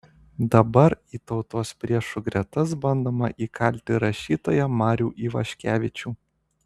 dabar į tautos priešų gretas bandoma įkalti rašytoją marių ivaškevičių